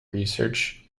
research